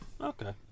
okay